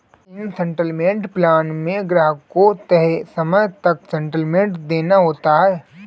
instalment plan में ग्राहक को तय समय तक इन्सटॉलमेंट देना होता है